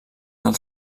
del